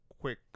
quick